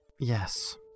Yes